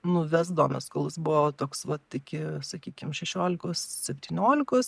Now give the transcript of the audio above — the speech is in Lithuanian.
nu vesdavomės kol jis buvo toks vat iki sakykim šešiolikos septyniolikos